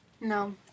No